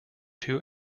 two